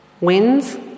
wins